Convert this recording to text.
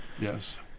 yes